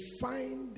find